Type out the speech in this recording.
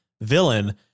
villain